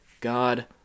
God